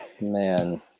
Man